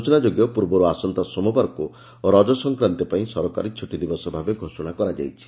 ସୂଚନା ଯୋଗ୍ୟ ପୂବରୁ ଆସନ୍ତା ସୋମବାରକୁ ରଜନ ସଂକ୍ରାନ୍ତୀ ପାଇଁ ସରକାରୀ ଛଟି ଦିବସ ଭାବେ ଘୋଷଣା କରାଯାଇଛି